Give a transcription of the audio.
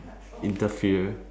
interfere